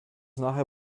nachher